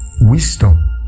Wisdom